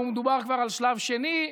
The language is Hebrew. ומדובר כבר על שלב שני,